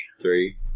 three